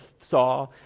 saw